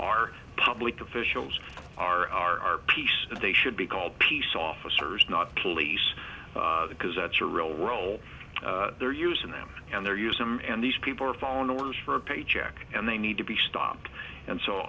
our public officials are peace they should be called peace officers not police because that's a real role they're using them and they're use them and these people are following orders for a paycheck and they need to be stopped and so